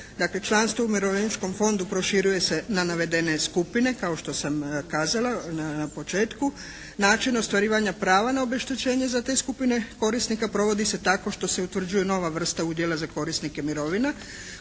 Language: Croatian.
članstvo u Umirovljeničkom fondu proširuje se na navedene skupine kao što sam kazala na početku. Način ostvarivanja prava na obeštećenje za te skupine korisnika provodi se tako što se utvrđuje nova vrsta udjela za korisnike mirovina